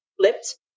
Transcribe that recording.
flipped